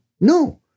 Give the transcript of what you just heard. No